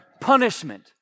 punishment